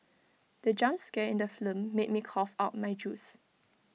the jump scare in the film made me cough out my juice